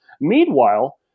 Meanwhile